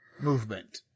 Movement